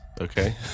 okay